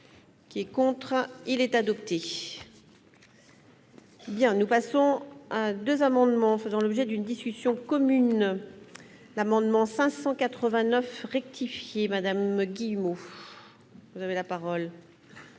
Qui est contre, il est adopté. Eh bien, nous passons à 2 amendements faisant l'objet d'une discussion commune : l'amendement 589 rectifié, madame Guillemot, vous avez la parole.